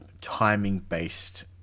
timing-based